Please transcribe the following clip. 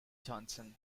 johnson